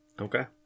Okay